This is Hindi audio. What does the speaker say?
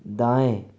दाएं